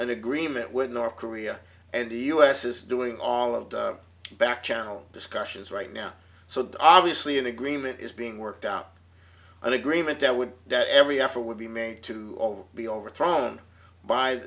an agreement with north korea and the u s is doing all of the back channel discussions right now so that obviously an agreement is being worked out an agreement that would that every effort would be made to all be overthrown by